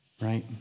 Right